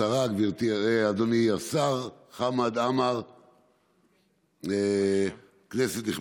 אשר, אתה יכול